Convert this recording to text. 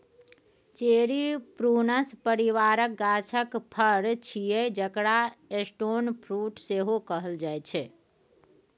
cherry prunus परिबारक गाछक फर छियै जकरा स्टोन फ्रुट सेहो कहल जाइ छै